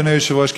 אדוני היושב-ראש,